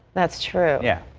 that's true. yeah.